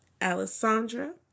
Alessandra